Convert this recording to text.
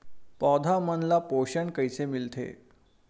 पौधा मन ला पोषण कइसे मिलथे?